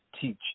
teach